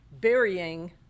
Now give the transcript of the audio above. Burying